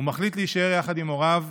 הוא מחליט להישאר יחד עם הוריו,